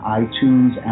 iTunes